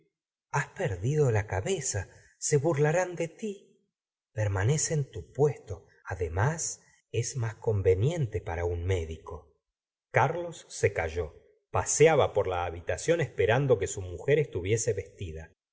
has perdido la cabeza se burlarán de ti permanece en tu puesto además es más conveniente para un médico carlos se calló paseaban por la habitación esperando que su mujer estuviese vestida